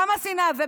כמה שנאה?